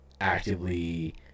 actively